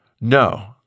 No